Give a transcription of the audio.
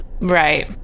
Right